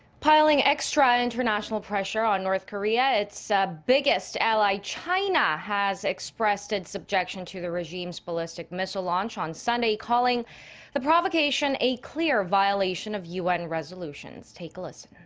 piling extra international pressure on north korea. it's biggest ally china has expressed its objection to the regime's ballistic missile launch on sunday. calling the provocation a clear violation of un resolutions. take a listen.